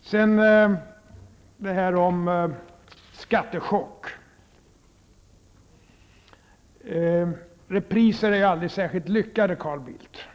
Så något om detta med skattechock. Repriser är aldrig särskilt lyckade, Carl Bildt.